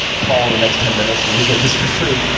call in the next ten minutes, and you'll get this for free.